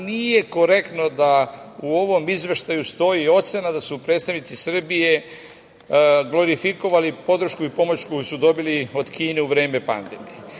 nije korektno da u ovom izveštaju stoji ocena da su predstavnici Srbije glorifikovali podršku i pomoć koju su dobili od Kine u vreme pandemije.